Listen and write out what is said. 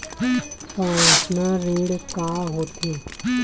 Personal ऋण का होथे?